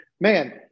man